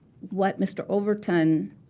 what mr. overton